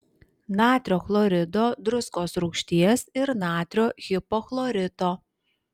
natrio chlorido druskos rūgšties ir natrio hipochlorito